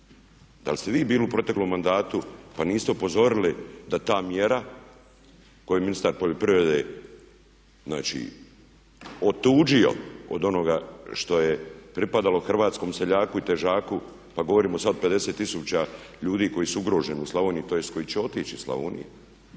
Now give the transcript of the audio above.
Da li ste vi bili u proteklom mandatu pa niste upozorili da ta mjera koju je ministar poljoprivrede, znači otuđio od onoga što je pripadalo hrvatskom seljaku i težaku, pa govorimo sad o 50000 ljudi koji su ugroženi u Slavoniji, tj. koji će otići iz Slavonije.